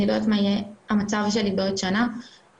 אני לא יודעת מה יהיה המצב שלי בעוד שנה ובכנות,